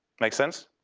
make sense?